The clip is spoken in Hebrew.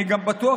אני גם בטוח,